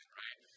right